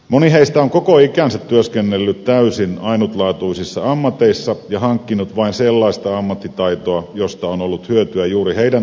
moni heistä on koko ikänsä työskennellyt täysin ainutlaatuisissa ammateissa ja hankkinut vain sellaista ammattitaitoa josta on ollut hyötyä juuri heidän alallaan